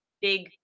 big